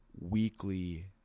weekly